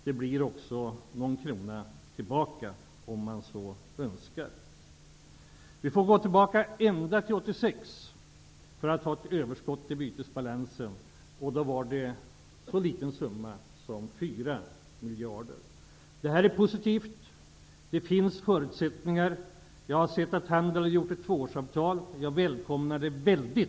Vi får gå tillbaka ända till 1986 för att se ett överskott i bytesbalansen. Då var summan så liten som 4 miljarder kronor. Det här är positivt. Det finns förutsättningar. Jag har sett att handeln har träffat ett tvåårsavtal. Jag välkomnar det mycket.